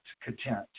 content